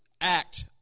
act